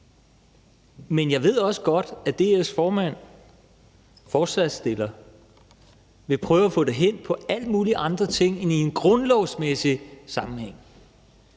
Men jeg ved også godt, at DF's formand, forslagsstilleren, vil prøve at få det hen på alle mulige andre ting end en grundlovsmæssig sammenhæng